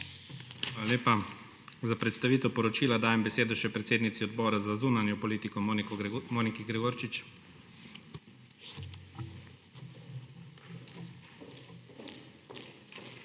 Hvala lepa. Za predstavitev poročila dajem besedo še predsednici Odbora za zunanjo politiko Moniki Gregorčič. **MONIKA